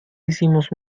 hicimos